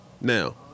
Now